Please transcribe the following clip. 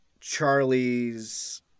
Charlie's